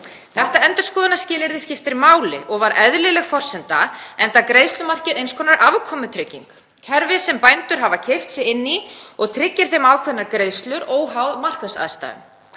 Þetta endurskoðunarskilyrði skiptir máli og var eðlileg forsenda, enda greiðslumarkið eins konar afkomutrygging, kerfi sem bændur hafa keypt sig inn í og tryggir þeim ákveðnar greiðslur óháð markaðsaðstæðum.